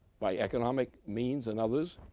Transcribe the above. by economic means, and others,